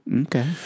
Okay